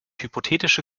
hypothetische